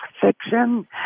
fiction